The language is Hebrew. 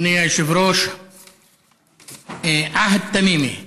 אדוני היושב-ראש, עהד תמימי,